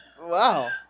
Wow